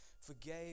forgave